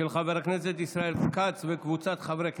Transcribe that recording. של חבר הכנסת ישראל כץ ואחרים.